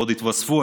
ועוד יתווספו,